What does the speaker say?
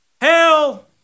Hell